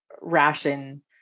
ration